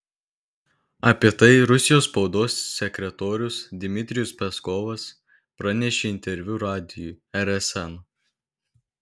apie tai rusijos spaudos sekretorius dmitrijus peskovas pranešė interviu radijui rsn